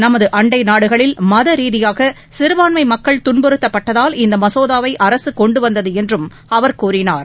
நமது அண்டை நாடுகளில் மதரீதியாக சிறுபான்மை மக்கள் துன்பறுத்தப்பட்டதால் இந்த மசோதாவை அரசு கொண்டு வந்தது என்றும் அவர் கூறினார்